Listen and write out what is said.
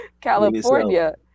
California